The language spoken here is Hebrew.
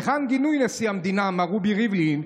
היכן גינוי נשיא המדינה מר רובי ריבלין,